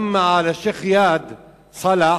גם על השיח' ראאד סלאח,